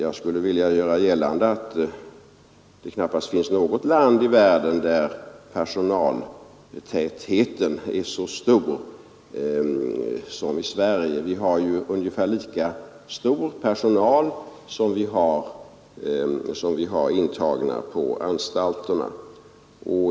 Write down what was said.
Jag vill också göra gällande att det knappast finns något land i världen där personaltätheten är så stor som i Sverige. Vi har ungefär lika stor personal som antalet intagna på anstalterna.